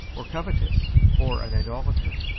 or covetous, or an idolater,